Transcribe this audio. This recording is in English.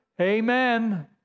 Amen